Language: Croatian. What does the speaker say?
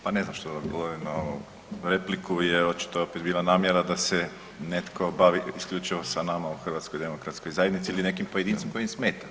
Pa ne znam što da odgovorim na ovu repliku jer očito je opet bila namjera da se netko bavi isključivo sa nama u HDZ-u ili nekim pojedincem koji im smeta.